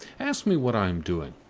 ask me what i am doing.